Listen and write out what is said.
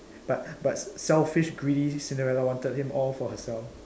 but but selfish greedy Cinderella wanted him all for herself